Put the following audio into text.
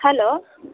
hello